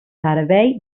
servei